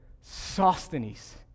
Sosthenes